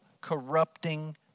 corrupting